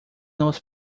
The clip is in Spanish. los